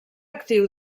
actiu